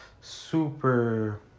super